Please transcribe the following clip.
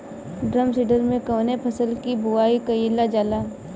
Drum seeder से कवने फसल कि बुआई कयील जाला?